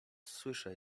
słyszę